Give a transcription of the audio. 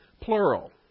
plural